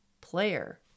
player